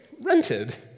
rented